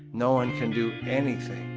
no one can do anything.